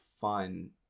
fun